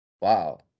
Wow